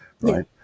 Right